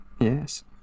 yes